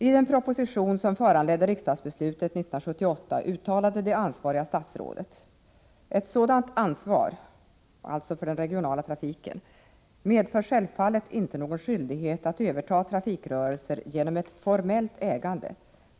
I den proposition som föranledde riksdagsbeslutet 1978 uttalade det ansvariga statsrådet: ”Ett sådant ansvar” — alltså för den regionala trafiken — ”medför självfallet inte någon skyldighet att överta trafikrörelser genom ett formellt ägande.